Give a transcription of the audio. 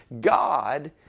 God